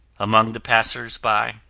among the passersby,